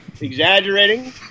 exaggerating